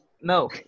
No